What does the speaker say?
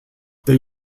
there